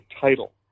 title